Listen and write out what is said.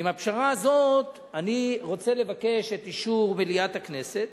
לפשרה הזאת אני רוצה לבקש את אישור מליאת הכנסת.